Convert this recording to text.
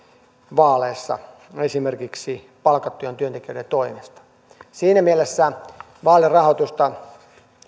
vaaleissa esimerkiksi palkattujen työntekijöiden toimesta siinä mielessä vaalirahoitusta